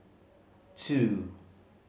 two